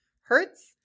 Hertz